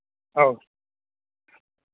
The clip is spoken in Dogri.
आहो